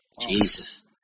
Jesus